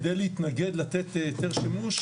כדי להתנגד לתת היתר שימוש,